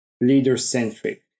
leader-centric